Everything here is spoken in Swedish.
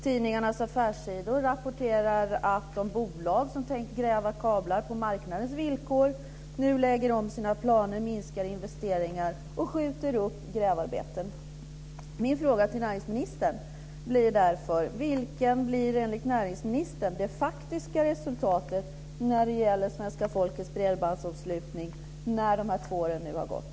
Tidningarnas affärssidor rapporterar att de bolag som tänkt gräva kablar på marknadens villkor nu lägger om sina planer, minskar investeringar och skjuter upp grävarbetet. Min fråga till näringsministern blir därför: Vilket blir enligt näringsministern det faktiska resultatet när det gäller svenska folkets bredbandsanslutning när dessa två år snart har gått?